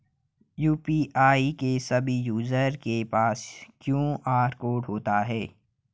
UPI के सभी user के पास क्यू.आर कोड होता है